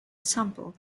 sample